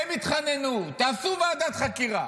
הם התחננו: תעשו ועדת חקירה.